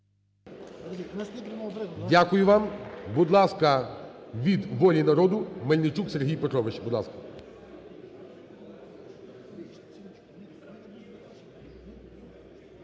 Дякую вам. Будь ласка, від "Волі народу" Мельничук Сергій Петрович.